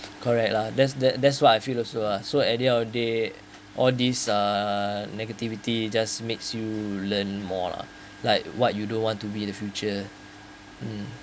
correct lah that's the that's why I feel also lah so at the end of the day all these uh negativity just makes you learn more lah like what you don't want to be the future mm